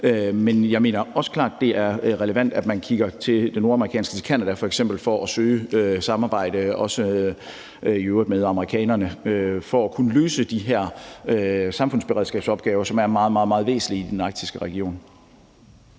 Men jeg mener også klart, det er relevant, at man kigger mod det nordamerikanske, f.eks. mod Canada, for at søge samarbejde, i øvrigt også med amerikanerne, for at kunne løse de her samfundsberedskabsopgaver, som er meget, meget væsentlige i den arktiske region.